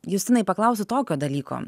justinai paklausiu tokio dalyko